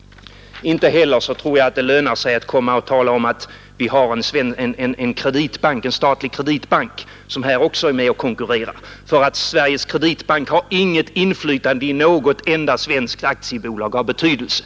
Inte heller tror jag att det lönar sig att tala om att vi har en statlig kreditbank som här också är med och konkurrerar. Sveriges kreditbank har inget inflytande i något enda svenskt aktiebolag av betydelse.